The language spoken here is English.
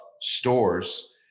stores